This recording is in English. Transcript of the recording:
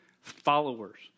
followers